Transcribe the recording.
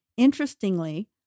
Interestingly